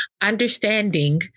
understanding